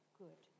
good